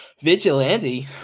Vigilante